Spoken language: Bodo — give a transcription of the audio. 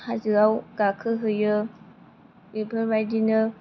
हाजोआव गाखोहैयो बेफोरबायदिनो